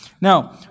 Now